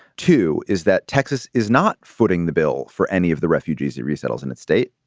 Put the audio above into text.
two is that texas is not footing the bill for any of the refugees that resettles in its state.